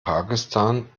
pakistan